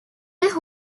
who